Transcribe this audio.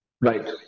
Right